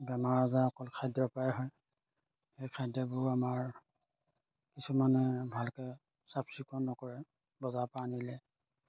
বেমাৰ আজাৰ অকল খাদ্যৰ পৰাই হয় সেই খাদ্যবোৰ আমাৰ কিছুমানে ভালকৈ চাফ চিকুণ নকৰে বজাৰৰ পৰা আনিলে